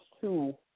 two